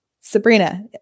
Sabrina